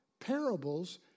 parables